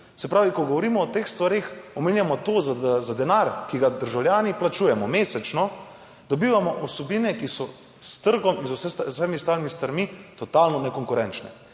Se pravi, ko govorimo o teh stvareh, omenjamo to, da za denar, ki ga državljani plačujemo mesečno, dobivamo vsebine, ki so s trgom in z vsemi ostalimi stvarmi totalno nekonkurenčne,